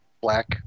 black